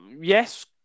yes